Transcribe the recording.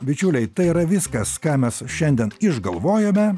bičiuliai tai yra viskas ką mes šiandien išgalvojome